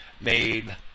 made